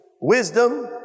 wisdom